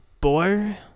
boy